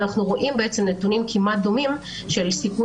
אנחנו רואים נתונים כמעט דומים של סיכון